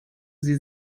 sie